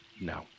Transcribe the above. No